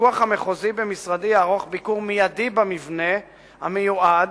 הפיקוח המחוזי במשרדי יערוך ביקור מיידי במבנה המיועד